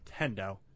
Nintendo